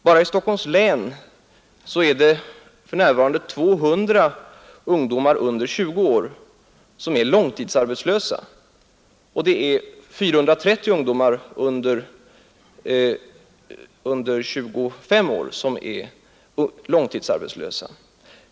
Bara i Stockholms län finns för närvarande 200 ungdomar under 20 år och 430 ungdomar under 25 år som är långtidsarbetslösa.